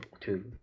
two